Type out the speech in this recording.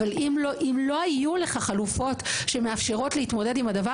אבל אם לא היו לך חלופות שמאפשרות להתמודד עם הדבר